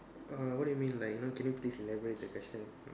uh what do you mean like you know can you please elaborate the question